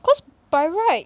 cause by right